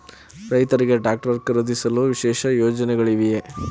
ರೈತರಿಗೆ ಟ್ರಾಕ್ಟರ್ ಖರೀದಿಸಲು ವಿಶೇಷ ಯೋಜನೆಗಳಿವೆಯೇ?